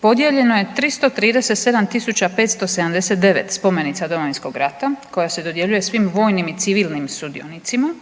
„Podijeljeno je 337579 spomenica Domovinskog rata koja se dodjeljuje svim vojnim i civilnim sudionicima.